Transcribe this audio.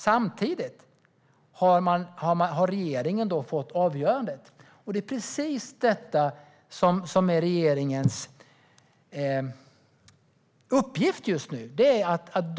Samtidigt har regeringen fått avgörandet. Det är precis det som är regeringens uppgift just nu: att döma av detta.